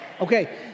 Okay